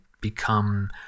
become